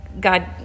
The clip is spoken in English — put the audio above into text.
God